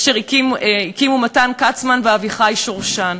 אשר הקימו מתן כצמן ואביחי שורשן.